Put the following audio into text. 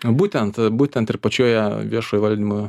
būtent būtent ir pačioje viešoje valdymo